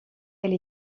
elle